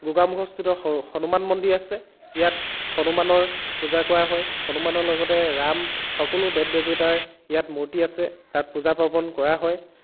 গোগামুখস্থিত হনুমান মন্দিৰ আছে ইয়াত হনুমানৰ পূজা কৰা হয় হনুমানৰ লগতে ৰাম সকলো দেৱ দেৱতাৰ ইয়াত মূৰ্তি আছে তাত পূজা পাৰ্বন কৰা হয়